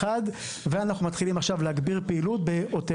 ואנחנו מתחילים עכשיו להגביר בעוטף